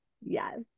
Yes